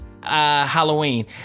Halloween